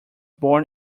born